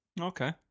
Okay